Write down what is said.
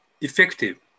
effective